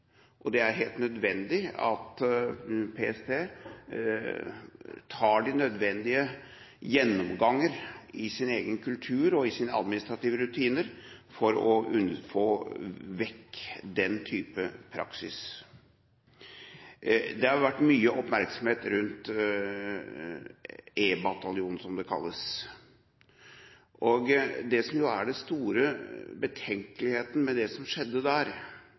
mye. Det er helt nødvendig at PST tar de nødvendige gjennomganger av sin egen kultur og av sine administrative rutiner for å få vekk den type praksis. Det har vært mye oppmerksom rundt E-bataljonen, som den kalles. Det som er den store betenkeligheten med det som skjedde der,